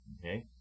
Okay